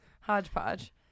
Hodgepodge